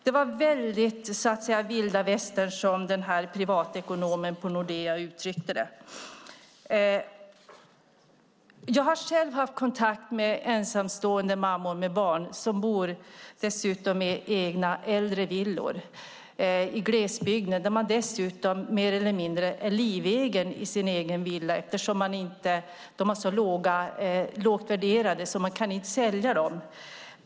Det var vilda västern, som privatekonomen på Nordea uttryckte det. Jag har själv haft kontakt med ensamstående mammor med barn som dessutom bor i egna, äldre villor i glesbygd. Dessa personer är mer eller mindre livegna i sina villor, eftersom villorna är så lågt värderade att de inte kan säljas.